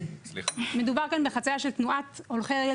מדובר פה בחצייה של הולכי רגל,